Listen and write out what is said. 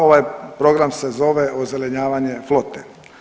Ovaj program se zove ozelenjavanje flote.